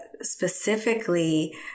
specifically